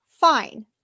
Fine